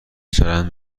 چرند